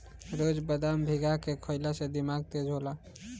रोज बदाम भीगा के खइला से दिमाग तेज होला